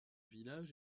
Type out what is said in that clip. village